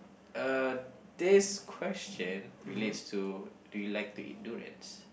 uh this question relates to do you like to eat durians